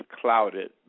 clouded